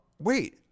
Wait